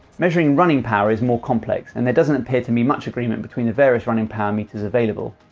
measuring running power is more complex, and there doesn't appear to be much agreement between the various running power meters available.